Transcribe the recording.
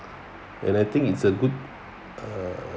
and I think it's a good err